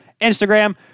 Instagram